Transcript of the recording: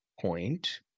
point